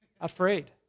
afraid